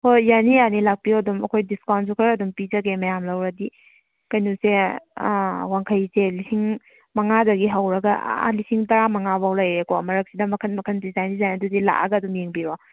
ꯍꯣꯏ ꯌꯥꯅꯤ ꯌꯥꯅꯤ ꯂꯥꯛꯄꯤꯔꯣ ꯑꯗꯨꯝ ꯑꯩꯈꯣꯏ ꯗꯤꯁꯀꯥꯎꯟꯁꯨ ꯈꯔ ꯑꯗꯨꯝ ꯄꯤꯖꯒꯦ ꯃꯌꯥꯝ ꯂꯧꯔꯗꯤ ꯀꯩꯅꯣꯁꯦ ꯋꯥꯡꯈꯩꯁꯦ ꯂꯤꯁꯤꯡ ꯃꯉꯥꯗꯒꯤ ꯍꯧꯔꯒ ꯑꯥ ꯂꯤꯁꯤꯡ ꯇꯔꯥꯃꯉꯥꯐꯧ ꯂꯩꯔꯦꯀꯣ ꯃꯔꯛꯁꯤꯗ ꯃꯈꯜ ꯃꯈꯜ ꯗꯤꯖꯥꯏꯟ ꯗꯤꯖꯥꯏꯟꯗꯨꯗꯤ ꯂꯥꯛꯑꯒ ꯑꯗꯨꯝ ꯌꯦꯡꯕꯤꯔꯣ